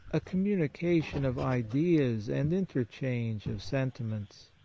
a commu nication of ideas and interchange of senti ments.